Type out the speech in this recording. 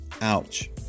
Ouch